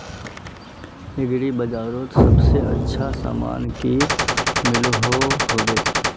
Agri बजारोत सबसे अच्छा सामान की मिलोहो होबे?